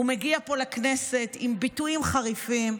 הוא מגיע פה לכנסת עם ביטויים חריפים,